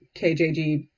KJG